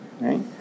right